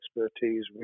expertise